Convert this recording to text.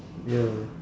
ya